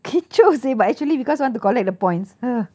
kecoh seh but actually because I want to collect the points ah